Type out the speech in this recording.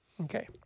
Okay